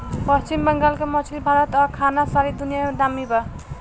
पश्चिम बंगाल के मछली भात आ खाना सारा दुनिया में नामी बा